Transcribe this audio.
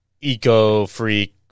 eco-freak